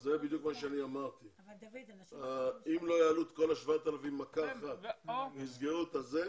אם לא יעלו את כל ה-7,000 במכה אחת ויסגרו את המחנות,